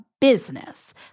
business